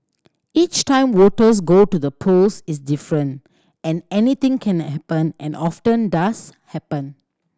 each time voters go to the polls is different and anything can and happen and often does happen